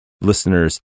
listeners